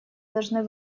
должны